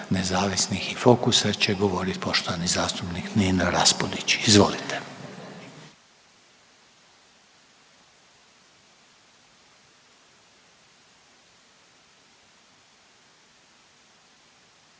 nezavisnih i Fokusa će govorit poštovani zastupnik Nino Raspudić, izvolite.